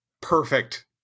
perfect